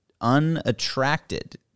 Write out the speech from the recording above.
unattracted